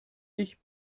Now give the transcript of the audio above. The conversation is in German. ich